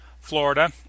Florida